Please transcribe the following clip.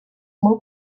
molt